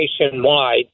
nationwide